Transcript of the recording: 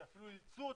שאפילו אילצו אותנו,